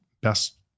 best